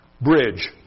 bridge